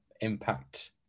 impact